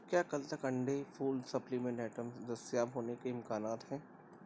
کیا کل تک انڈے پھول سپلیمنٹ آئٹمز دستیاب ہونے کے امکانات ہیں